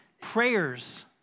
prayers